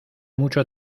mucho